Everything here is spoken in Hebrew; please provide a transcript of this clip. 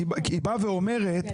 כי היא באה ואומרת --- ברור,